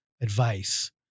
advice